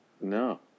No